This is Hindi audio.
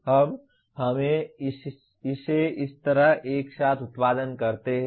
अब हम इसे इस तरह एक साथ उत्पादन करते हैं